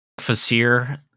Fasir